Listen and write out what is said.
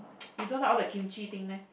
you don't like all the kimchi thing meh